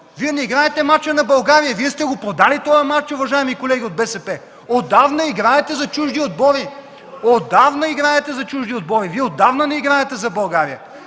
Вие не играете мача на България, Вие сте го продали този мач, уважаеми колеги от БСП. Отдавна играете за чужди отбори. Отдавна играете за чужди отбори! Вие отдавна не играете за България!